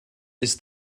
ist